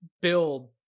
build